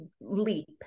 leap